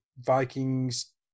Vikings